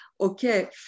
okay